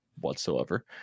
whatsoever